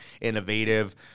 innovative